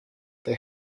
they